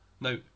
Now